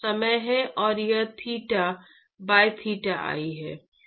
तो यह समय है और यह थीटा बाय थीटा i है